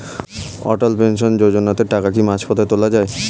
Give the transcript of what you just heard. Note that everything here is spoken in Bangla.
অটল পেনশন যোজনাতে টাকা কি মাঝপথে তোলা যায়?